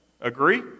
Agree